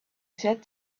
said